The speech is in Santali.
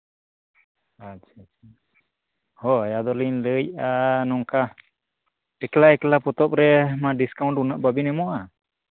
ᱟᱪᱪᱷᱟ ᱟᱪᱪᱷᱟ ᱦᱳᱭ ᱟᱫᱚ ᱞᱤᱧ ᱞᱟᱹᱭᱮᱫᱼᱟ ᱱᱚᱝᱠᱟ ᱮᱠᱞᱟᱼᱮᱠᱞᱟ ᱯᱚᱛᱚᱵᱽ ᱨᱮᱢᱟ ᱰᱤᱥᱠᱟᱣᱩᱱᱴ ᱩᱱᱟᱹᱜ ᱵᱟᱹᱵᱤᱱ ᱮᱢᱚᱜᱼᱟ